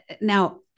Now